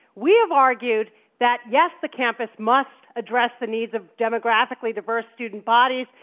we have argued that, yes, the campus must address the needs of demographically-diverse student bodies,